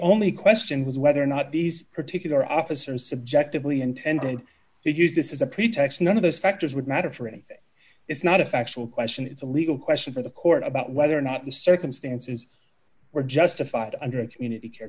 only question was whether or not these particular officers subjectively intended to use this as a pretext none of those factors would matter for any it's not a factual question it's a legal question for the court about whether or not the circumstances were justified under community care